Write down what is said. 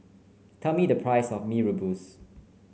tell me the price of Mee Rebus